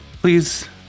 Please